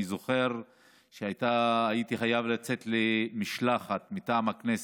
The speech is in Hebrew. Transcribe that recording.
אני זוכר שהייתי חייב לצאת למשלחת מטעם הכנסת,